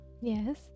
yes